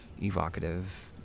Evocative